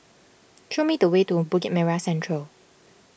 show me the way to Bukit Merah Central